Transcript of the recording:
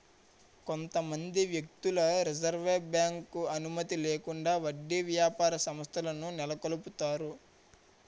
కొంతమంది వ్యక్తులు reserve bank అనుమతి లేకుండా వడ్డీ వ్యాపార సంస్థలను నెలకొల్పుతారు